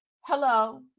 Hello